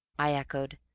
i echoed.